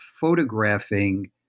photographing